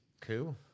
cool